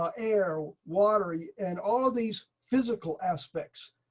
um air, water, and all these physical aspects.